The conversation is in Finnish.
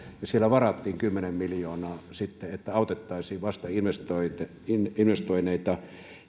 ja siellä varattiin sitten kymmenen miljoonaa että autettaisiin vastainvestoineita